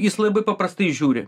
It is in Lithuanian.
jis labai paprastai žiūri